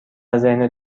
ذهن